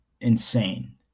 insane